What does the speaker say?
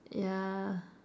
yeah